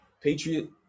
patriot